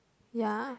ya